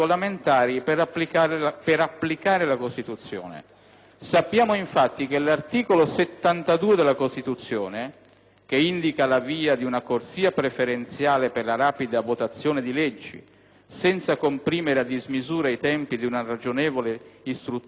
Sappiamo, infatti, che l'articolo 72 della Costituzione, che indica la via di una corsia preferenziale per la rapida votazione di leggi, senza comprimere a dismisura i tempi di una ragionevole istruttoria legislativa, è stato sostanzialmente disatteso